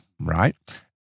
right